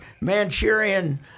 Manchurian